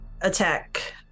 attack